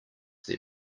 their